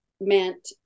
meant